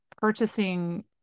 purchasing